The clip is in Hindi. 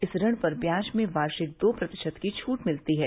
इस ऋण पर ब्याज में वार्षिक दो प्रतिशत की छूट मिलती है